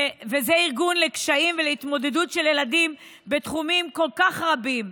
זהו ארגון לקשיים ולהתמודדות של ילדים בתחומים כל כך רבים.